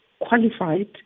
qualified